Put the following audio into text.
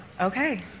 Okay